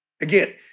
Again